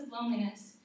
loneliness